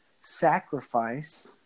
sacrifice